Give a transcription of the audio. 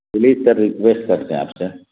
please sir request کرتے ہیں آپ سے